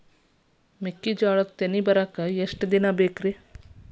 ಮೆಕ್ಕೆಜೋಳಾ ತೆನಿ ಬರಾಕ್ ಎಷ್ಟ ದಿನ ಬೇಕ್?